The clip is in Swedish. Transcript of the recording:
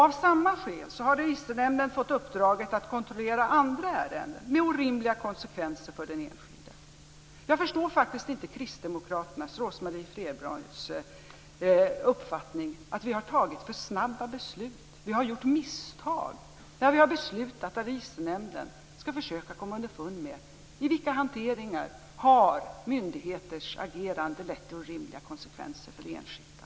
Av samma skäl har Registernämnden fått uppdraget att kontrollera andra ärenden med orimliga konsekvenser för den enskilde. Jag förstår faktiskt inte kristdemokraternas Rose-Marie Frebrans uppfattning att vi har fattat för snabba beslut och att vi har gjort misstag när vi har beslutat att Registernämnden skall försöka komma underfund med i vilka hanteringar myndigheters agerande har lett till orimliga konsekvenser för de enskilda.